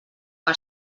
per